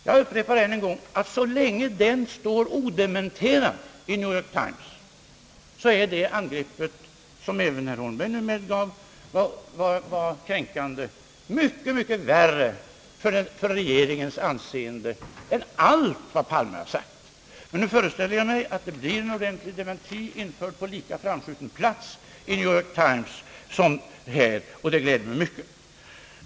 Jag upprepar ännu en gång, att så länge den beskyllningen står odementerad i New York Times, är detta angrepp — som även herr Holmberg nu medgav var kränkande — mycket värre för regeringens anseende än allt vad herr Palme har sagt. Men jag föreställer mig att det införs en ordentlig dementi på en lika framskjuten plats i New York Times, och det kommer att glädja mig mycket.